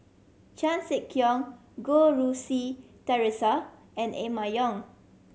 Chan Sek Keong Goh Rui Si Theresa and Emma Yong